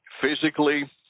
physically